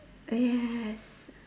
yes